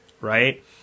right